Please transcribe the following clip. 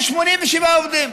187 עובדים.